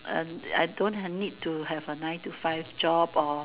uh I don't have need to have a nine to five job or